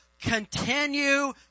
continue